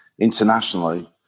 Internationally